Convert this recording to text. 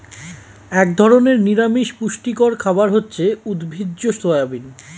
এক ধরনের নিরামিষ পুষ্টিকর খাবার হচ্ছে উদ্ভিজ্জ সয়াবিন